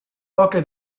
poche